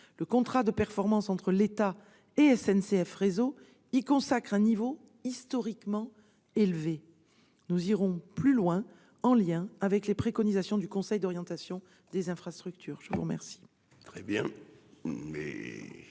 Le contrat de performance entre l'État et SNCF Réseau y consacre un niveau de dépenses historiquement élevé. Nous irons plus loin, en lien avec les préconisations du Conseil d'orientation des infrastructures. La parole